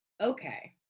Okay